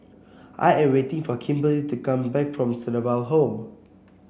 I am waiting for Kimberely to come back from Sunnyville Home